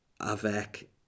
Avec